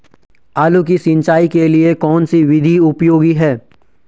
आलू की सिंचाई के लिए कौन सी विधि उपयोगी है?